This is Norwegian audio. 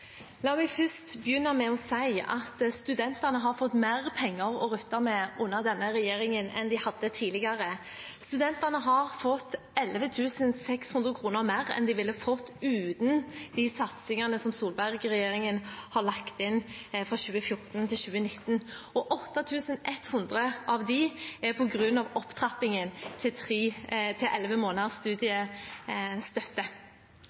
begynne med å si at studentene har fått mer penger å rutte med under denne regjeringen enn de hadde tidligere. Studentene har fått 11 600 kr mer enn de ville ha fått uten de satsingene som Solberg-regjeringen har lagt inn fra 2014 til 2019. 8 100 kr av dette er på grunn av opptrappingen til